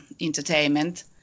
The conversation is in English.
entertainment